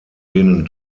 denen